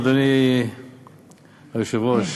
אדוני היושב-ראש,